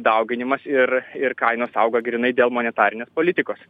dauginimas ir ir kainos auga grynai dėl monetarinės politikos